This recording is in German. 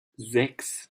sechs